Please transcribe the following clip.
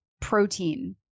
protein